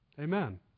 Amen